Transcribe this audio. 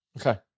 Okay